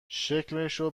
شکلشو